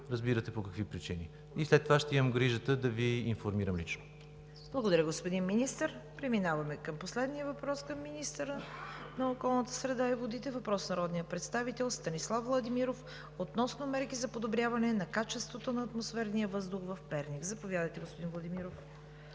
разбирате по какви причини, и след това ще имам грижата да Ви информирам лично. ПРЕДСЕДАТЕЛ ЦВЕТА КАРАЯНЧЕВА: Благодаря, уважаеми господин Министър. Преминаваме към последния въпрос към министъра на околната среда и водите – въпрос от народния представител Станислав Владимиров, относно мерки за подобряване на качеството на атмосферния въздух в Перник. Заповядайте, господин Владимиров.